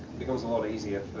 becomes a lot easier